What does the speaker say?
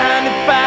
95